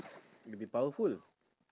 you will be powerful